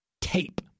tape